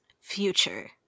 future